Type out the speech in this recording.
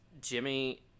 Jimmy